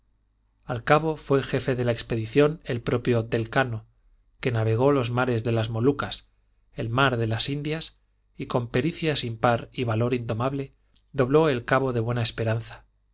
al cabo fué jefe de la expedición el propio del cano que navegó los mares de las malucas el mar de las indias y can pericia sin par y valor indomable dobló el cabo de buena esperanza